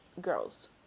girls